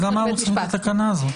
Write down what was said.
אז למה צריכים את התקנה הזאת?